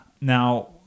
Now